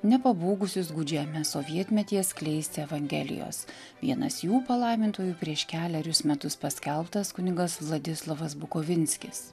nepabūgusius gūdžiame sovietmetyje skleisti evangelijos vienas jų palaimintųjų prieš kelerius metus paskelbtas kunigas vladislovas bukovinskis